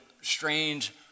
strange